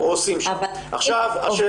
אז אל